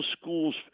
schools